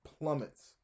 plummets